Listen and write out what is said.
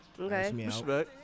Okay